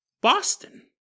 Boston